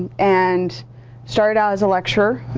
and started out as a lecturer.